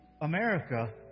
America